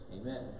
Amen